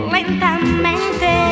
Lentamente